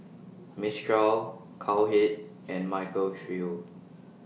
Mistral Cowhead and Michael Trio